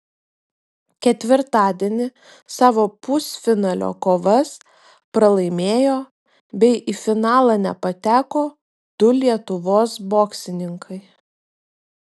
ketvirtadienį savo pusfinalio kovas pralaimėjo bei į finalą nepateko du lietuvos boksininkai